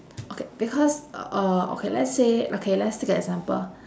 okay because uh okay let's say okay let's take an example